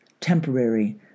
temporary